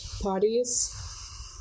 parties